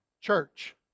Church